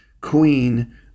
queen